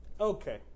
Okay